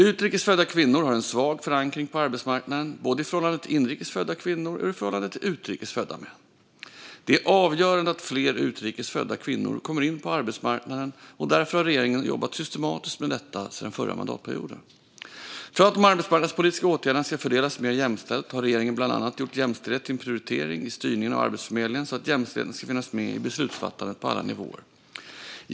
Utrikes födda kvinnor har en svag förankring på arbetsmarknaden, både i förhållande till inrikes födda kvinnor och i förhållande till utrikes födda män. Det är avgörande att fler utrikes födda kvinnor kommer in på arbetsmarknaden, och därför har regeringen jobbat systematiskt med detta sedan förra mandatperioden. För att de arbetsmarknadspolitiska åtgärderna ska fördelas mer jämställt har regeringen bland annat gjort jämställdhet till en prioritering i styrningen av Arbetsförmedlingen så att jämställdhet ska finnas med i beslutsfattandet på alla nivåer.